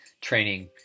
training